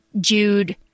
Jude